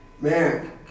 man